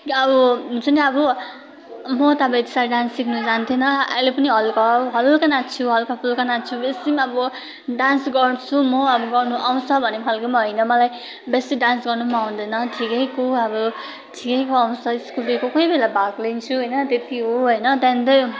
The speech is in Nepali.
अब हुन्छ नि अब म त अब यति साह्रो डान्स सिक्न जान्थिनँ अहिले पनि हल्का हल्का नाच्छु हल्का फुल्का नाच्छु बेसी पनि अब डान्स गर्छु म अब गर्नु आउँछ भन्ने खालको पनि होइन मलाई बेसी डान्स गर्नु पनि आउँदैन ठिकैको अब ठिकैको आउँछ स्कुलले कोही कोही बेला भाग लिन्छु होइन त्यति हो होइन त्यहाँदेखि चाहिँ